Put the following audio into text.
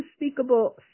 unspeakable